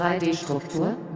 3D-Struktur